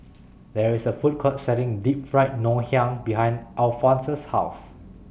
There IS A Food Court Selling Deep Fried Ngoh Hiang behind Alfonse's House